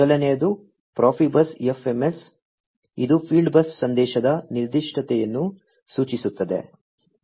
ಮೊದಲನೆಯದು Profibus FMS ಇದು fieldbus ಸಂದೇಶದ ನಿರ್ದಿಷ್ಟತೆಯನ್ನು ಸೂಚಿಸುತ್ತದೆ